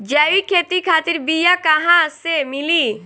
जैविक खेती खातिर बीया कहाँसे मिली?